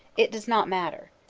it does not matter.